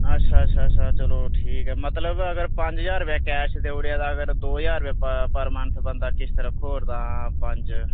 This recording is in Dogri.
अच्छा अच्छा अच्छा चलो ठीक ऐ मतलब अगर पंज ज्हार रपेआ कैश देई ओड़ेआ तां अगर दो ज्हार रपेआ पर मंथ बंदा किश्त रक्खी ओड़दा पंज